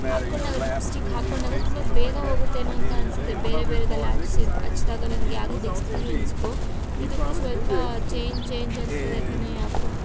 ಹಾಕೊಂಡಾಗ lipstick ಹಾಕೊಂಡಾಗ ತುಂಬ ಬೇಗ ಹೋಗುತ್ತೇನೋ ಅಂತ ಅನಿಸಿದೆ ಬೇರೆ ಬೇರೆದೆಲ್ಲ ಹಚ್ಸಿದ್ ಹಚ್ದಾಗ ನನಗೆ ಆಗಿದ್ದ ಎಕ್ಸ್ಪೀರಿಯನ್ಸಿಗು ಇದಕ್ಕು ಸ್ವಲ್ಪ ಚೇಂಜ್ ಚೇಂಜ್ ಅನಿಸ್ತಿದೆ ಕಣೇ ಯಾಕೋ